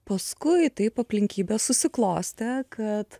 paskui taip aplinkybės susiklostė kad